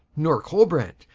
nor colebrand,